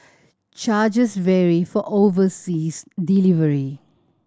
charges vary for overseas delivery